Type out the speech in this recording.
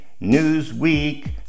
Newsweek